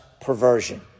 perversion